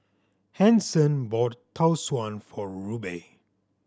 Hanson bought Tau Suan for Rubye